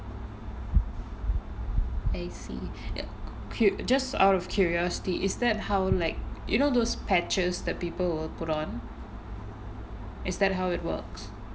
I see okay just out of curiousity is that how like you know those patches that people will put on is that how it works